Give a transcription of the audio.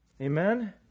Amen